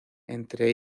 entre